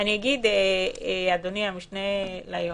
אדוני, המשנה ליועמ"ש,